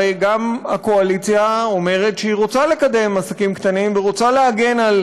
הרי גם הקואליציה אומרת שהיא רוצה לקדם עסקים קטנים ורוצה להגן על